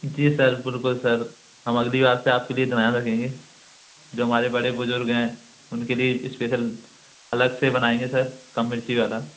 जी sir बिल्कुल sir हम अगली बार से आपके लिए ध्यान रखेंगे जो हमारे बड़े बुज़ुर्ग हैं उनके लिए इस्पेशल अलग से बनाएँगे सर कम मिर्ची वाला